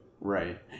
Right